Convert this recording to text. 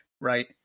right